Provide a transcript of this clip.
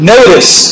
Notice